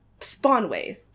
Spawnwave